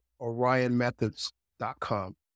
orionmethods.com